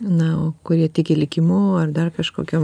na o kurie tiki likimu ar dar kažkokiom